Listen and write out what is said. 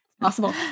Possible